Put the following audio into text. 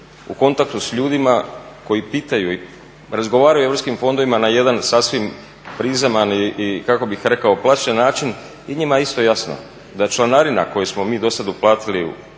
u kontaktu s ljudima koji pitaju i razgovaraju o europskim fondovima na jedan sasvim prizeman i kako bih rekao, plaćen način, i njima je isto jasno da članarina koju smo mi do sada uplatili